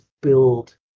build